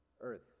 Earth